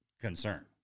concern